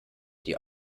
die